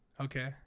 Okay